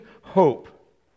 hope